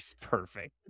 perfect